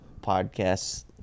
podcasts